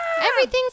everything's